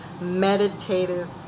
meditative